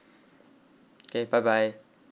okay bye bye